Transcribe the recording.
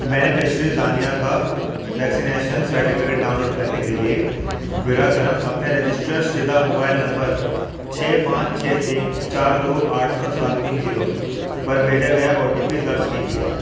beneficiary دانیہ کا vaccination certificate download کرنے کے لیے براہ کرم اپنے رجسٹر شدہ موبائل نمبر چھ پانچ چھ تین چار دو آٹھ نو سات تین زیرو پر بھیجا گیا او ٹی پی درج کیجیے